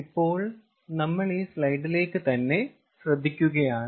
ഇപ്പോൾ നമ്മൾ ഈ സ്ലൈഡിലേക്ക് തന്നെ ശ്രദ്ധിക്കുകയാണ്